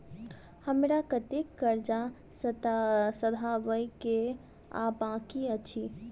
हमरा कतेक कर्जा सधाबई केँ आ बाकी अछि?